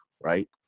right